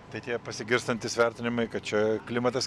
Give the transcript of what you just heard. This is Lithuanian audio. tai tie pasigirstantys vertinimai kad čia klimatas